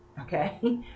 okay